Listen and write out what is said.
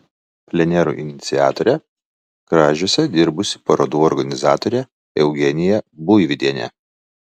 plenerų iniciatorė kražiuose dirbusi parodų organizatorė eugenija buivydienė